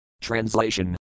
Translation